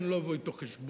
ואני לא אבוא אתו חשבון.